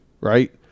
right